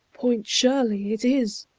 point shirley it is!